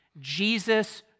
Jesus